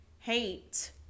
hate